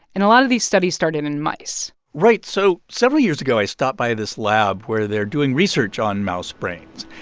and a lot of these studies started in mice right. so several years ago, i stopped by this lab where they're doing research on mouse brains,